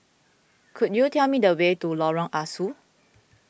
could you tell me the way to Lorong Ah Soo